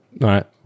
Right